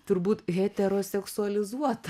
turbūt heteroseksualizuota